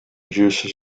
juices